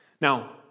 Now